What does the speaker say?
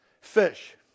fish